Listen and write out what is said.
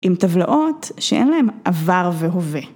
עם טבלאות שאין להן עבר והווה.